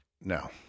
No